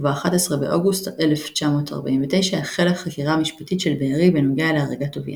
וב-11 באוגוסט 1949 החלה חקירה משפטית של בארי בנוגע להריגת טוביאנסקי.